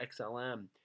XLM